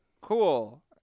Cool